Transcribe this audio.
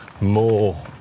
more